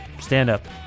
stand-up